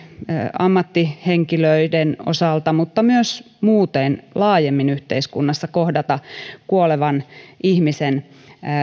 ammattihenkilöiden osalta mutta myös muuten laajemmin yhteiskunnassa kohdata kuolevan ihmisen